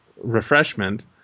refreshment